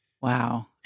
Wow